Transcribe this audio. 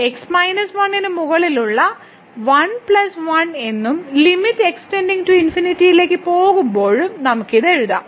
x minus 1 ന് മുകളിലുള്ള 1 plus 1 എന്നും ലിമിറ്റ് x ലേക്ക് പോകുമ്പോഴും നമുക്ക് ഇത് എഴുതാം